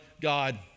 God